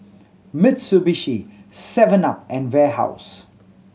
Mitsubishi seven up and Warehouse